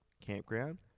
campground